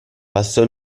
passò